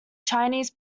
chinese